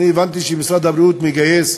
הבנתי שמשרד הבריאות מגייס,